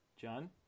John